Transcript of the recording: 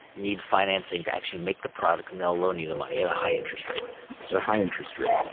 need financing to actually make the product. and they'll loan you the money at a high interest rate at a high interest rate,